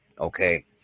okay